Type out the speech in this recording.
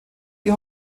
die